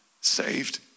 saved